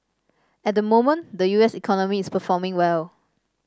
at the moment the U S economy is performing well